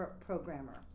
programmer